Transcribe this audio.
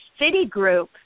Citigroup